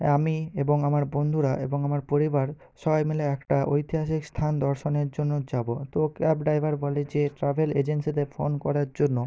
আমি এবং আমার বন্ধুরা এবং আমার পরিবার সবাই মিলে একটা ঐতিহাসিক স্থান দর্শনের জন্য যাবো তো ক্যাব ড্রাইভার বলে যে ট্রাভেল এজেন্সিতে ফোন করার জন্য